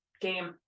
game